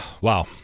Wow